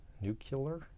Nuclear